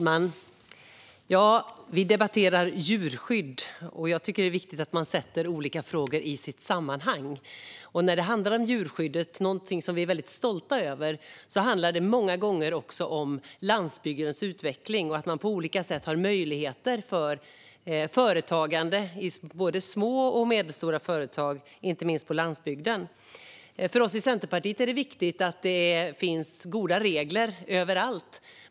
Fru talman! Vi debatterar djurskydd, och jag tycker att det är viktigt att man sätter olika frågor i sitt sammanhang. När det handlar om djurskyddet, något som vi är stolta över, handlar det många gånger också om landsbygdens utveckling och inte minst möjligheter till företagande i både små och medelstora företag på landsbygden. För oss i Centerpartiet är det viktigt att det finns bra regler överallt.